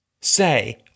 say